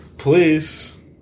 Please